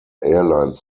airline